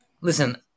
Listen